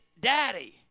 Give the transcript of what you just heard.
daddy